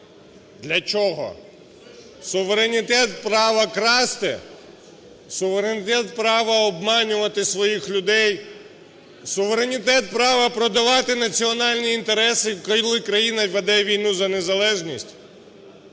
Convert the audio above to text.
для чого? Суверенітет права красти? Суверенітет права обманювати своїх людей? Суверенітет права продавати національні інтереси, коли країна веде війну за незалежність?